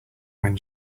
when